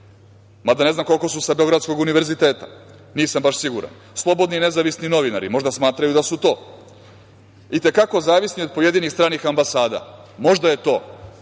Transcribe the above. mada ne znam koliko su sa Beogradskog univerziteta, nisam baš siguran, slobodni i nezavisni novinari, možda smatraju da su to, i te kako zavisni od pojedinih stranih ambasada. Možda je to